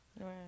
Right